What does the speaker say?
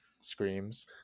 Screams